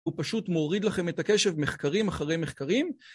הוא פשוט מוריד לכם את הקשב, מחקרים אחרי מחקרים.